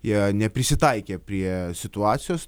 jie neprisitaikė prie situacijos